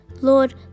Lord